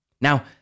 Now